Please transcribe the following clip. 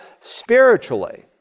spiritually